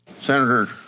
Senator